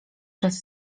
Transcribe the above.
czas